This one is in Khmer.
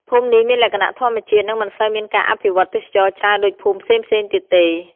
ភូមិនេះមានលក្ខណៈធម្មជាតិ និងមិនសូវមានការអភិវឌ្ឍន៍ទេសចរណ៍ច្រើនដូចភូមិផ្សេងៗទៀតទេ។